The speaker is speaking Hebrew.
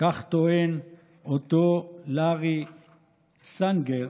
כך טוען אותו לארי סנגר,